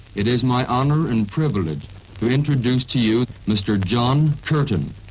it is my honour and privilege to introduce to you mr john curtin.